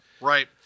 Right